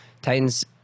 Titans